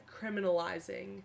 criminalizing